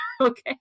Okay